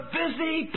busy